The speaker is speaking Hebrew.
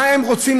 מה הם רוצים?